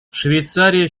швейцария